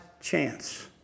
chance